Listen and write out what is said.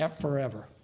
forever